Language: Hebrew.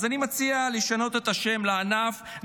אז אני מציע לשנות את שם הענף: